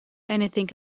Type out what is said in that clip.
anything